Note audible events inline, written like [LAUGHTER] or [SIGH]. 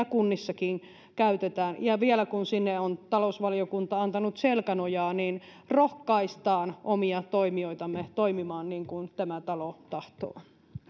[UNINTELLIGIBLE] kunnissakin käytetään ja vielä kun sinne on talousvaliokunta antanut selkänojaa niin rohkaistaan omia toimijoitamme toimimaan niin kuin tämä talo tahtoo